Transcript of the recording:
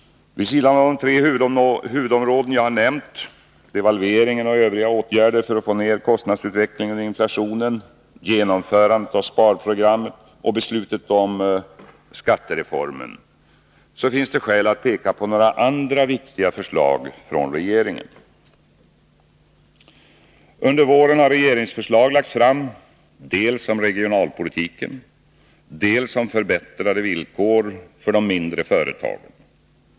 Vid sidan av de tre huvudområden som jag har nämnt — devalveringen och övriga åtgärder för att få ned kostnadsutvecklingen och inflationen, genomförandet av sparprogrammet och beslutet om skattereformen — finns det skäl att peka på några andra viktiga förslag från regeringen. Under våren har regeringsförslag lagts fram dels om regionalpolitiken, dels om förbättrade villkor för de mindre företagen.